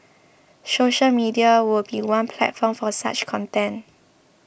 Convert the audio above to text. social media would be one platform for such content